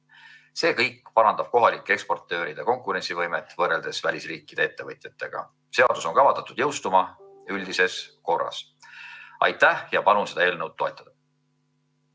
See kõik parandab kohalike eksportööride konkurentsivõimet võrreldes välisriikide ettevõtjatega. Seadus on kavandatud jõustuma üldises korras. Aitäh! Palun seda eelnõu toetada.